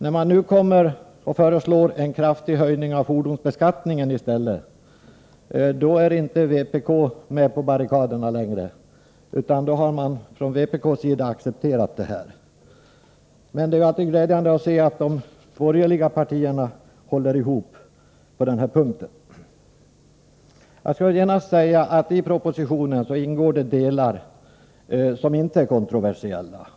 Men nu när regeringen föreslår en kraftig höjning av fordonsskatten finns inte vänsterpartiet kommunisterna med på barrikaderna. Från vpk:s sida har man accepterat det aktuella förslaget. Det är emellertid glädjande att se att de borgerliga partierna håller ihop i detta avseende. Jag vill genast säga att det finns avsnitt i propositionen som inte är kontroversiella.